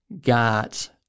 got